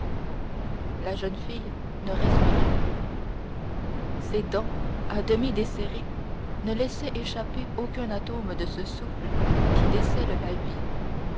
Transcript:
la jeune fille ne respirait plus ses dents à demi desserrées ne laissaient échapper aucun atome de ce souffle qui décèle la vie